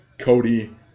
Cody